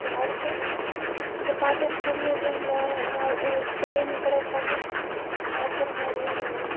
யாருக்கும் இந்த பாட்டும் புரிகிறதும் இல்லை நாலு பெரியவங்கள் கூட உக்காந்து பார்க்குற மாதிரியும் இல்லை